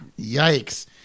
yikes